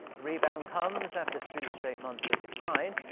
the rebound comes after three straight months of decline.